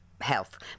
Health